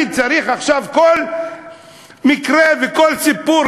אני צריך עכשיו כל מקרה וכל סיפור,